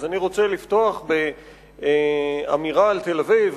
אז אני רוצה לפתוח באמירה על תל-אביב.